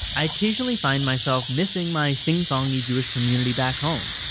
i occasionally find myself missing my sing-songy jewish community back home.